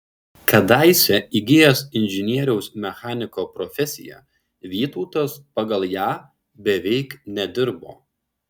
kadaise įgijęs inžinieriaus mechaniko profesiją vytautas pagal ją beveik nedirbo